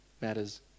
matters